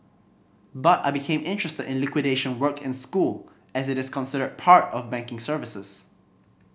but I became interested in liquidation work in school as it is considered part of banking services